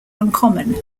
uncommon